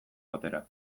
batera